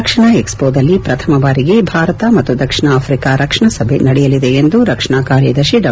ರಕ್ಷಣಾ ಎಕ್ಷಿಪೊದಲ್ಲಿ ಪ್ರಥಮ ಬಾರಿಗೆ ಭಾರತ ಮತ್ತು ಆಫ್ರಿಕಾ ರಕ್ಷಣಾ ಸಭೆ ನಡೆಯಲಿದೆ ಎಂದು ರಕ್ಷಣಾ ಕಾರ್ಯದರ್ತಿ ಡಾ